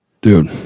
Dude